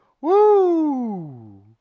Woo